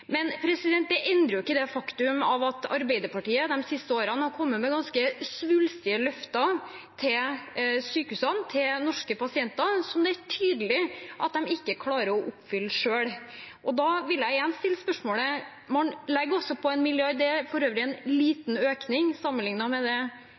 Men det endrer ikke det faktum at Arbeiderpartiet de siste årene har kommet med ganske svulstige løfter til sykehusene, til norske pasienter, som det er tydelig at de ikke klarer å oppfylle selv. Og da vil jeg igjen stille spørsmålet: Man legger på en milliard – det er for øvrig en